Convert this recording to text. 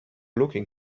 looking